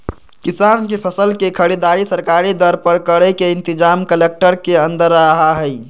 किसान के फसल के खरीदारी सरकारी दर पर करे के इनतजाम कलेक्टर के अंदर रहा हई